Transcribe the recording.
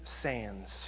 sands